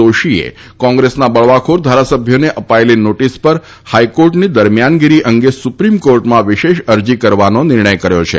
જોશીએ કોંગ્રેસના બળવાખોર ધારાસભ્યોને અપાયેલી નોટિસ પર હાઇકોર્ટની દરમિયાનગીરી અંગે સુપ્રીમ કોર્ટમાં વિશેષ અરજી કરવાનો નિર્ણય કર્યો છે